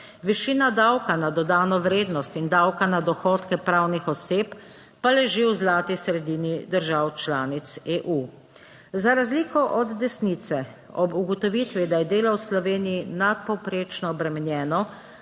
Višina davka na dodano vrednost in davka na dohodke pravnih oseb. Pa leži v zlati sredini držav članic EU. Za razliko od desnice ob ugotovitvi, da je delo v Sloveniji nadpovprečno obremenjeno,